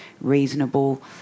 reasonable